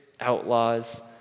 outlaws